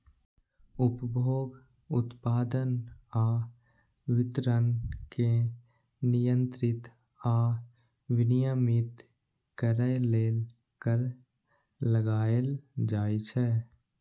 उपभोग, उत्पादन आ वितरण कें नियंत्रित आ विनियमित करै लेल कर लगाएल जाइ छै